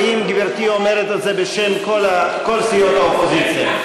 האם גברתי אומרת את זה בשם כל סיעות האופוזיציה?